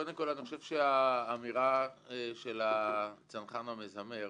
קודם כל, אני חושב שהאמירה של הצנחן המזמר